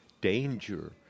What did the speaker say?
danger